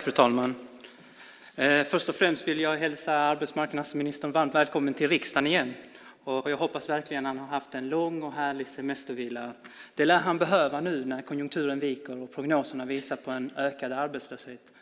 Fru talman! Först och främst vill jag hälsa arbetsmarknadsministern varmt välkommen till riksdagen igen. Jag hoppas verkligen att han har haft en lång och härlig semestervila. Det lär han behöva nu när konjunkturen viker och prognoserna visar på en ökad arbetslöshet.